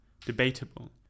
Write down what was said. debatable